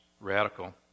radical